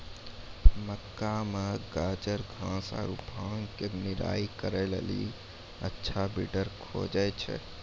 मक्का मे गाजरघास आरु भांग के निराई करे के लेली अच्छा वीडर खोजे छैय?